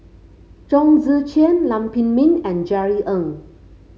Chong Tze Chien Lam Pin Min and Jerry Ng